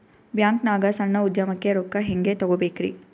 ಬ್ಯಾಂಕ್ನಾಗ ಸಣ್ಣ ಉದ್ಯಮಕ್ಕೆ ರೊಕ್ಕ ಹೆಂಗೆ ತಗೋಬೇಕ್ರಿ?